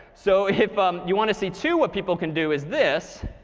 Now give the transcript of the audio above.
so if um you want to see too what people can do is this